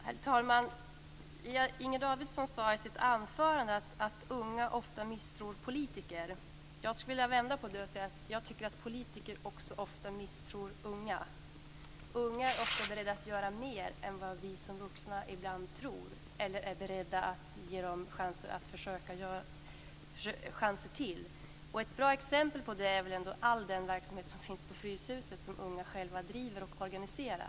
Herr talman! Inger Davidson sade i sitt anförande att unga ofta misstror politiker. Jag skulle vilja vända på det och säga: Politiker misstror ofta unga. Unga är beredda att göra mer än vad vi som vuxna ibland är beredda att ge dem chanser till. Ett bra exempel på detta är all den verksamhet som finns på Fryshuset som de unga själva driver och organiserar.